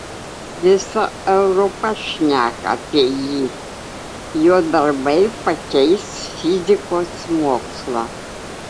visa europa šneka apie jį jo darbai pakeis fizikos mokslą